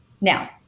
Now